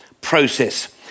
process